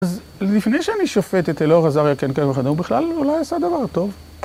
אז לפני שאני שופט את אלאור עזריה כן כן וכדומה, הוא בכלל אולי עשה דבר טוב.